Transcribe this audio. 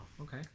okay